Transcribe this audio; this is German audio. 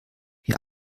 wir